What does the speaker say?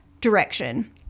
direction